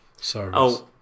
service